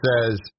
says